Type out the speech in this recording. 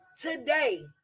Today